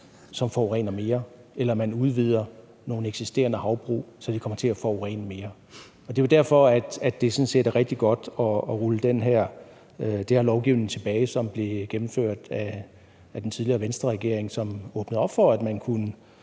som forurener mere, eller at man udvider nogle eksisterende havbrug, så de kommer til at forurene mere. Det er jo derfor, at det sådan set er rigtig godt at rulle den her lovgivning tilbage, som blev gennemført af den tidligere Venstreregering, som åbnede op for, at man kunne